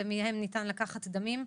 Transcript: ומהם אפשר לקחת דמים.